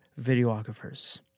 videographers